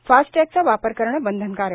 फास्टटँगचा वापर करणं बंधनकारक